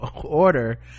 order